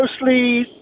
mostly